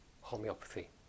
homeopathy